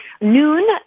noon